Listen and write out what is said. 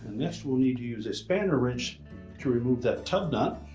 next, we'll need to use a spanner wrench to remove that tub nut.